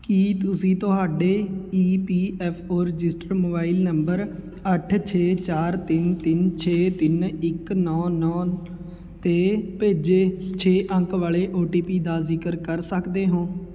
ਕੀ ਤੁਸੀਂ ਤੁਹਾਡੇ E P F O registered mobile number ਅੱਠ ਛੇ ਚਾਰ ਤਿੰਨ ਤਿੰਨ ਛੇ ਤਿੰਨ ਇੱਕ ਨੌਂ ਨੌਂ 'ਤੇ ਭੇਜੇ ਛੇ ਅੰਕ ਵਾਲੇ ਓ ਟੀ ਪੀ ਦਾ ਜ਼ਿਕਰ ਕਰ ਸਕਦੇ ਹੋ